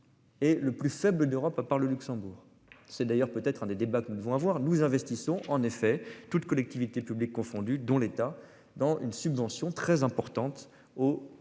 Et le plus faible d'Europe par le Luxembourg. C'est d'ailleurs peut-être un des débats que nous devons avoir, nous investissons en effet toutes collectivités publiques confondues, dont l'état dans une subvention très importante au ferroviaire.